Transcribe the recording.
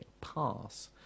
pass